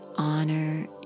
honor